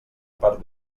part